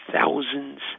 thousands